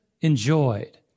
enjoyed